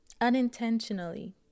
unintentionally